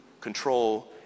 control